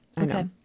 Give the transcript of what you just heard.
Okay